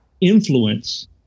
influence